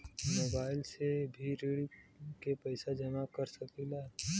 Mobile से भी ऋण के पैसा जमा कर सकी ला?